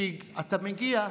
כשאתה מגיע,